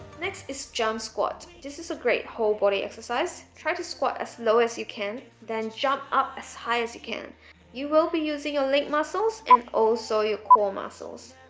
next is jump squat this is a great whole body exercise try to squat as low as you can then jump up as high as you can you will be using your linked muscles and also your core muscles